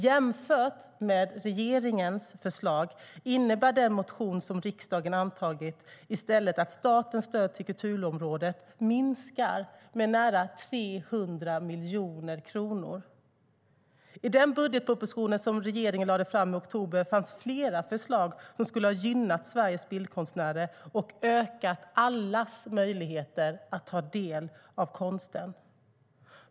Jämfört med regeringens förslag innebär den motion som riksdagen antagit i stället att statens stöd till kulturområdet minskar med nära 300 miljoner kronor. I den budgetproposition som regeringen lade fram i oktober fanns flera förslag som skulle ha gynnat Sveriges bildkonstnärer och ökat allas möjligheter att ta del av konsten.